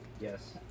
yes